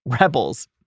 rebels